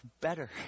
better